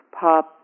pop